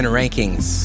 rankings